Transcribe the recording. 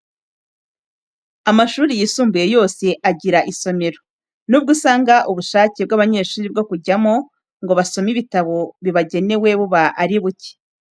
Amashuri yisumbuye yose agira isomero, nubwo usanga ubushake bw’abanyeshuri bwo kujyamo ngo basome ibitabo bibagenewe buba ari buke.